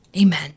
Amen